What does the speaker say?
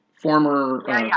Former